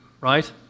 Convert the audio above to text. right